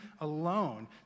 alone